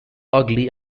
ugly